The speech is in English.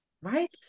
Right